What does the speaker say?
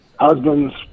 husbands